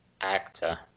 actor